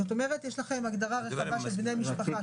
יש לכם הגדרה רחבה של בני משפחה,